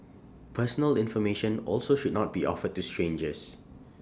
personal information also should not be offered to strangers